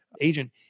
agent